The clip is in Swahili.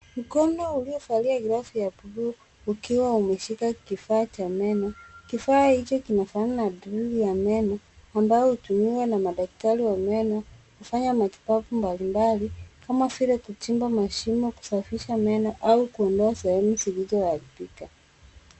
Mkono uliovalia glavu ya buluu ukiwa umeshika kifaa cha meno. Kifaa hicho kinafanana na drill ya meno ambayo hutumiwa na madaktari wa meno kufanya matibabu mbalimbali kama vile kuchimba mashimo, kusafisha meno au kuondoa sehemu zilizoharibika.